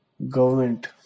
Government